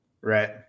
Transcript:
Right